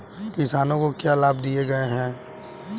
किसानों को क्या लाभ दिए गए हैं?